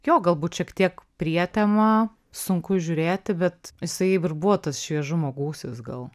jo galbūt šiek tiek prietema sunku žiūrėti bet jisai ir buvo tas šviežumo gūsis gal